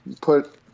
put